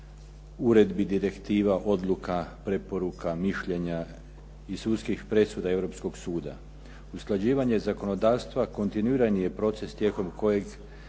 uredbi, direktiva, odluka, preporuka, mišljenja i sudskih presuda Europskog suda. Usklađivanje zakonodavstva kontinuirani je proces tijekom kojeg